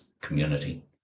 community